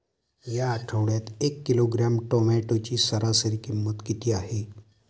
या आठवड्यात एक किलोग्रॅम टोमॅटोची सरासरी किंमत किती आहे?